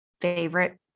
favorite